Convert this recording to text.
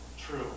true